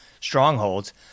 strongholds